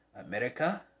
America